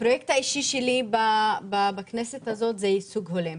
הפרויקט האישי שלי בכנסת הזאת זה ייצוג הולם.